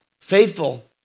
faithful